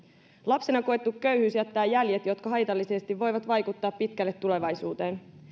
lapsena koettu köyhyys jättää jäljet jotka haitallisesti voivat vaikuttaa pitkälle tulevaisuuteen